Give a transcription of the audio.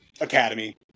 academy